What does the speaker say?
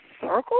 circle